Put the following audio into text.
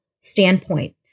standpoint